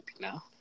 now